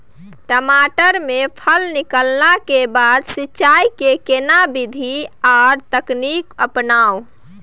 टमाटर में फल निकलला के बाद सिंचाई के केना विधी आर तकनीक अपनाऊ?